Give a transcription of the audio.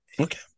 Okay